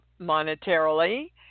monetarily